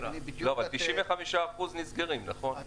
95% נסגרים, נכון?